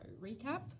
Recap